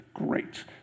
great